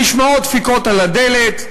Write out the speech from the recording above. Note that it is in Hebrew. נשמעות דפיקות על הדלת,